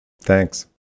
thanks